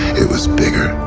it was bigger,